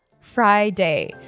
Friday